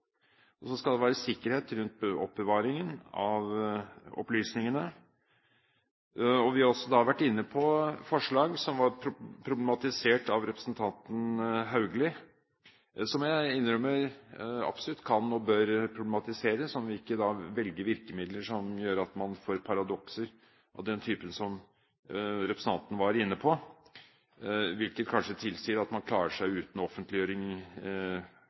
formål. Så skal det være sikkerhet rundt oppbevaringen av opplysningene. Vi har også vært inne på forslag som ble problematisert av representanten Haugli, forslag som jeg innrømmer absolutt kan og bør problematiseres, om vi ikke da velger virkemidler som gjør at man får paradokser av den typen som representanten var inne på, hvilket kanskje tilsier at man klarer seg uten offentliggjøring